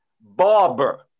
Barber